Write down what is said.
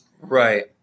Right